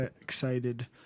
excited